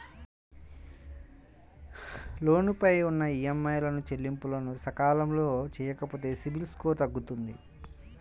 లోను పైన ఉన్న ఈఎంఐల చెల్లింపులను సకాలంలో చెయ్యకపోతే సిబిల్ స్కోరు తగ్గుతుంది